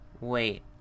Wait